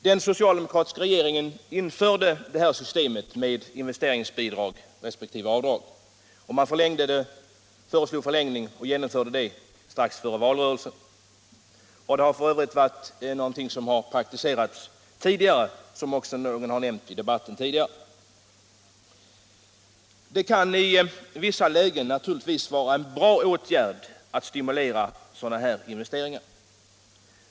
Den socialdemokratiska regeringen införde systemet med investeringsbidrag resp. investeringsavdrag, och man förlängde giltigheten av dessa strax före valrörelsen. Som nämnts tidigare i debatten är detta f.ö. någonting som praktiserats tidigare. I vissa lägen kan det naturligtvis vara en bra åtgärd att på detta sätt stimulera investeringar.